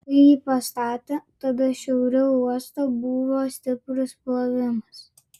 kai jį pastatė tada šiauriau uosto buvo stiprus plovimas